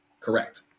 correct